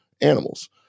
animals